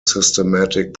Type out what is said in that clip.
systematic